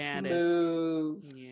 move